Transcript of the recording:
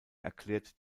erklärt